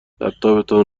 لپتاپتان